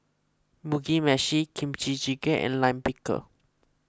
Mugi Meshi Kimchi Jjigae and Lime Pickle